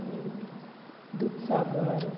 मागीर दुदसागर